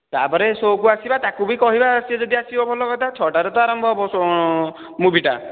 ତା'ପରେ ଶୋକୁ ଆସିବା ତାକୁ ବି କହିବା ସେ ଯଦି ଆସିବ ଭଲ କଥା ଛଅଟାରେ ତ ଆରମ୍ଭ ହେବ ମୁଭିଟା